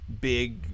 big